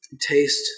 taste